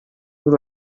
lui